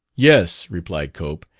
yes, replied cope.